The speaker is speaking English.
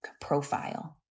profile